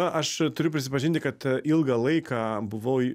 aš turiu prisipažinti kad ilgą laiką buvau